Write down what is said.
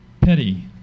Petty